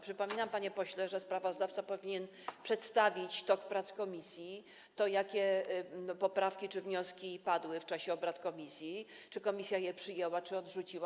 Przypominam, panie pośle, że sprawozdawca powinien przedstawić tok prac komisji, to, jakie poprawki czy wnioski padły w czasie obrad komisji, czy komisja je przyjęła, czy odrzuciła.